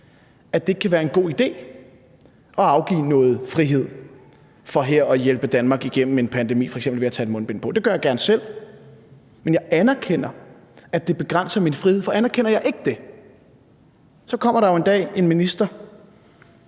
at det ikke kan være en god idé at afgive noget frihed for her at hjælpe Danmark igennem en pandemi, f.eks. ved at tage et mundbind på – det gør jeg gerne selv. Men jeg anerkender, at det begrænser min frihed, for anerkender jeg ikke det, kommer der jo en dag en minister